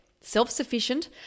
self-sufficient